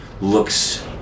looks